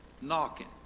knocking